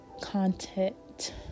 content